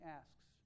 asks